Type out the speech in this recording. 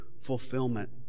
fulfillment